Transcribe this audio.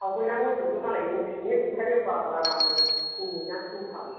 आवगायना मोसौजों मालाय एवफिनो ट्रेक्ट'र एवबाबो आरामनो फिननै ना फिनथाम